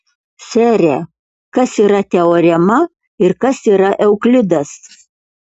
sere kas yra teorema ir kas yra euklidas